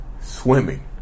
swimming